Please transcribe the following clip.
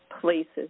places